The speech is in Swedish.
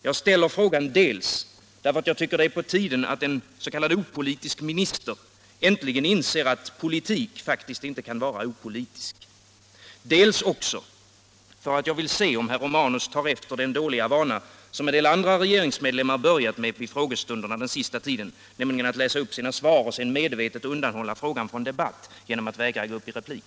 Jag ställer frågan dels därför att jag tycker det är på tiden att en s.k. opolitisk minister äntligen inser att politik faktiskt inte kan vara opolitisk, dels för att jag vill se om herr Romanus tar efter den dåliga vana som några andra regeringsmedlemmar börjat med vid frågestunderna den sista tiden, nämligen att läsa upp sina svar och sedan medvetet undanhålla frågan från debatt genom att vägra gå upp i replik.